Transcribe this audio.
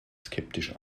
skeptisch